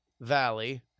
Valley